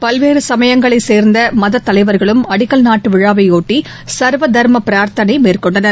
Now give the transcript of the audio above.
பல்வேறு சமயங்களை சேர்ந்த மதத் தலைவர்களும் அடிக்கல் நாட்டு விழாவையொட்டி சர்வ தர்ம பிரார்த்தனை மேற்கொண்டனர்